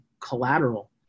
collateral